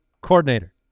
coordinator